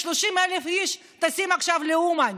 30,000 איש טסים עכשיו לאומן,